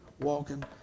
walking